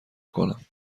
کنم